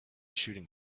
shooting